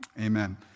Amen